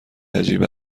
عجیب